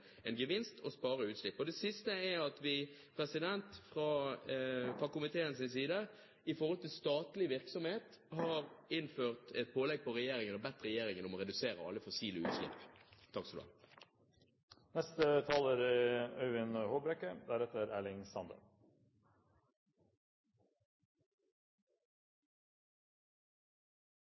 en gevinst: å spare utslipp. Det siste er at vi fra komiteens side når det gjelder statlig virksomhet, har bedt om et pålegg fra regjeringen om å redusere alle fossile utslipp. To av gjennomgangstemaene i debatten – det var flere gjennomgangstemaer for så vidt – har vært klima og forsyningssikkerhet. På klimaområdet er